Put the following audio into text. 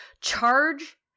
charge